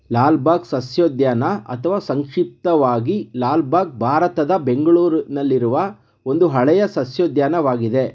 ಲಾಲ್ಬಾಗ್ ಸಸ್ಯೋದ್ಯಾನ ಅಥವಾ ಸಂಕ್ಷಿಪ್ತವಾಗಿ ಲಾಲ್ಬಾಗ್ ಭಾರತದ ಬೆಂಗಳೂರಿನಲ್ಲಿರುವ ಒಂದು ಹಳೆಯ ಸಸ್ಯೋದ್ಯಾನವಾಗಿದೆ